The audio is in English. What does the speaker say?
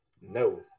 No